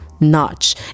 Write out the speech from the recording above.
Notch